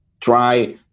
try